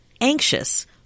anxious